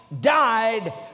died